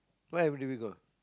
why have difficult